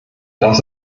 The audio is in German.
das